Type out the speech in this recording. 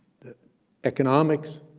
the economics,